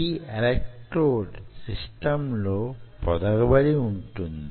ఈ electrode system లో పొదగబడి వుంటుంది